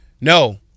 No